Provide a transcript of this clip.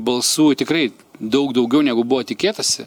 balsų tikrai daug daugiau negu buvo tikėtasi